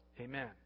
Amen